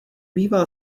bývá